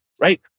right